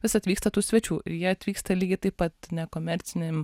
vis atvyksta tų svečių ir jie atvyksta lygiai taip pat nekomercinėm